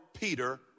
Peter